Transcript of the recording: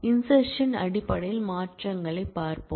insertion அடிப்படையில் மாற்றங்களைப் பார்ப்போம்